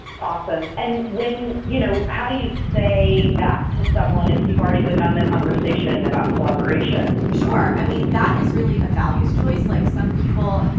awesome. and when. you know how do you say that to someone if you've already begun the conversation about collaboration? sure, i mean that is really a values choice. like some people.